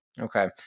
Okay